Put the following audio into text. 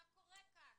מה קורה כאן?